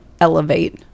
elevate